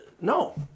No